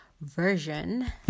Version